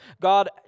God